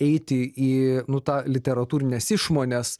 eiti į nu tą literatūrinės išmonės